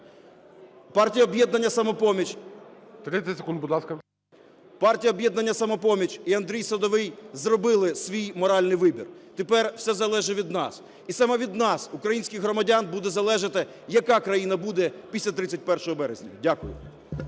Партія "Об'єднання "Самопоміч" і Андрій Садовий зробили свій моральний вибір, тепер все залежить від нас. І саме від нас, українських громадян, буде залежати, яка країна буде після 31 березня. Дякую.